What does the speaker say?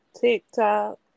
TikTok